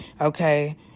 okay